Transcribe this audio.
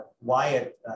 Wyatt